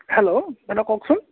hello দাদা কওকচোন